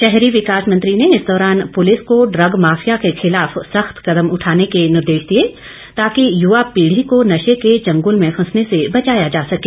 शहरी विकास मंत्री ने इस दौरान पुलिस को ड्रग माफिया के खिलाफ सख्त कदम उठाने के निर्देश दिए ताकि युवा पीढ़ी को नशे के चंगुल में फंसने से बचाया जा सके